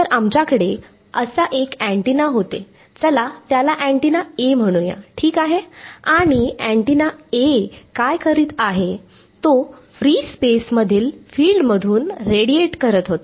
तर आमच्याकडे असे एक अँटीना होते चला त्याला अँटीना A म्हणूया ठीक आहे आणि अँटीना A काय करीत आहे तो फ्री स्पेस मधील फिल्डमधून रेडीएट करत होता